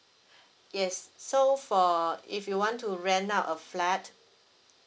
yes so for if you want to rent out a flat